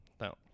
no